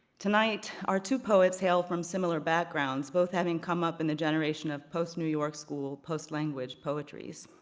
tonight, our two poets hail from similar backgrounds, both having come up in the generation of post-new york school, post-language poetries.